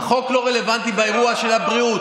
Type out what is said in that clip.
החוק לא רלוונטי באירוע של הבריאות,